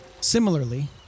Similarly